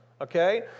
okay